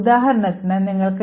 ഉദാഹരണത്തിന് നിങ്ങൾക്ക്